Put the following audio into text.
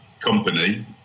company